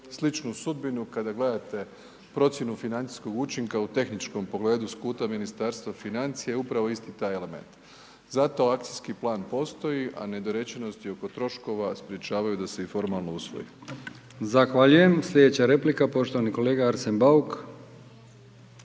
Sličnu sudbinu kada gledate procjenu financijskog učinka u tehničkom pogledu s kuta Ministarstva financija je upravo isti taj element, zato akcijski plan postoji, a nedorečenost i oko troškova sprječavaju da se i formalno usvoji. **Brkić, Milijan (HDZ)** Zahvaljujem. Slijedeća replika poštovani kolega Arsen Bauk.